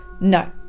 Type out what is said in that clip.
no